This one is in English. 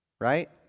right